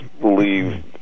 believe